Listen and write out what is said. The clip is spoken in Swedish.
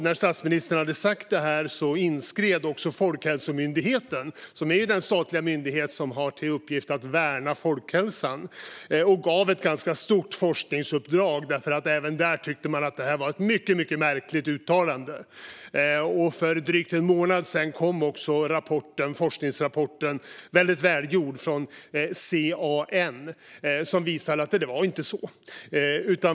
När statsministern hade sagt detta inskred tack och lov Folkhälsomyndigheten, som är den statliga myndighet som har till uppgift att värna folkhälsan, och gav ett ganska stort forskningsuppdrag till CAN. Även där tyckte man nämligen att detta var ett mycket märkligt uttalande. För drygt en månad sedan kom också forskningsrapporten - väldigt välgjord - från CAN och visade att det inte var så.